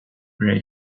gray